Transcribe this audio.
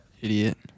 idiot